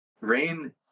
Rain